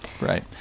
right